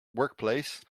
workplace